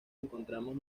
encontramos